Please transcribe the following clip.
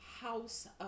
house